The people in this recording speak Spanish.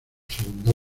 segunda